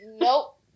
Nope